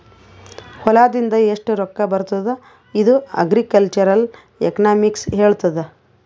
ಹೊಲಾದಿಂದ್ ಎಷ್ಟು ರೊಕ್ಕಾ ಬರ್ತುದ್ ಇದು ಅಗ್ರಿಕಲ್ಚರಲ್ ಎಕನಾಮಿಕ್ಸ್ ಹೆಳ್ತುದ್